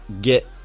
get